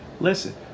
listen